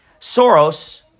Soros